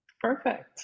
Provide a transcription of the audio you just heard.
Perfect